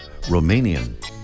Romanian